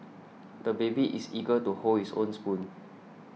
the baby is eager to hold his own spoon